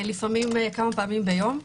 לפעמים כמה פעמים ביום,